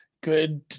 good